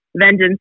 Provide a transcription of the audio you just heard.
vengeance